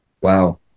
Wow